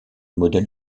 modèle